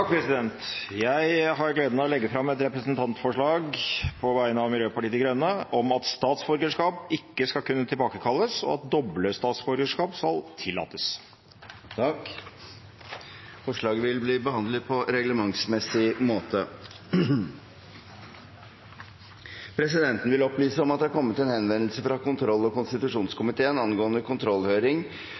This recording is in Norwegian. Jeg har gleden av å legge fram et representantforslag på vegne av Miljøpartiet De Grønne om at statsborgerskap ikke skal tilbakekalles, og at doble statsborgerskap skal tillates. Forslaget vil bli behandlet på reglementsmessig måte. Presidenten vil opplyse om at det er kommet en henvendelse fra kontroll- og konstitusjonskomiteen angående kontrollhøring